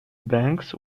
banks